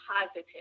positive